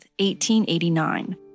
1889